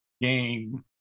game